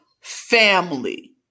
family